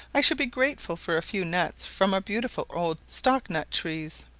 i should be grateful for a few nuts from our beautiful old stock-nut trees.